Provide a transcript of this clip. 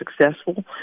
successful